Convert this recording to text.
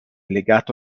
legato